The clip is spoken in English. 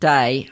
Day